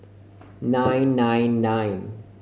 nine nine nine